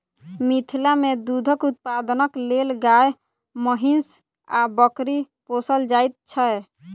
मिथिला मे दूधक उत्पादनक लेल गाय, महीँस आ बकरी पोसल जाइत छै